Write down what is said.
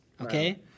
Okay